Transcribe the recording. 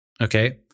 Okay